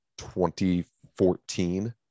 2014